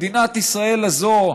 מדינת ישראל הזו,